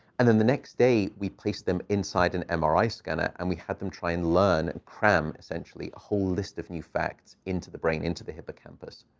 and then the next day, we place them inside an mri scanner, and we had them try and learn, and cram, essentially, a whole list of new facts into the brain, into the hippocampus.